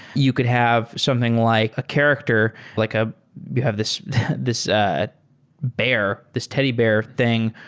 you could have something like a character, like ah you have this this ah bear, this teddy bear thing,